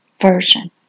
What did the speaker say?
Version